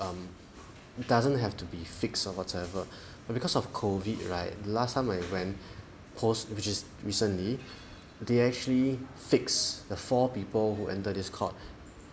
um doesn't have to be fixed or whatsoever but because of COVID right last time I went post which is recently they actually fixed the four people who enter this court